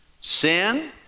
Sin